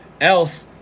else